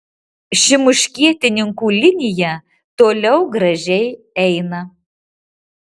ši muškietininkų linija toliau gražiai eina